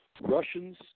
Russians